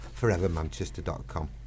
forevermanchester.com